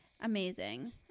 Amazing